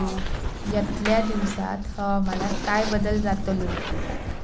यतल्या दिवसात हवामानात काय बदल जातलो?